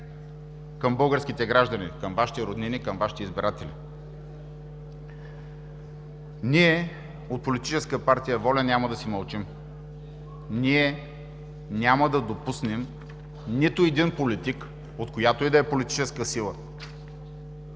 към българските граждани, към Вашите роднини, към Вашите избиратели? Ние от Политическа партия „Воля“ няма да си мълчим. Ние няма да допуснем нито един политик, от която и да е политическа сила,